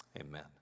amen